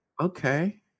okay